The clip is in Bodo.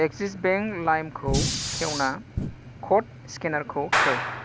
एक्सिस बेंक लाइमखौ खेवना कड स्केनारखौ खेव